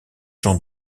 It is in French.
jean